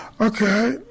Okay